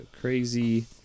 crazy